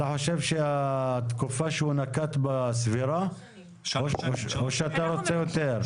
אתה חושב שהתקופה שהוא נקט בה היא סבירה או שאתה רוצה יותר?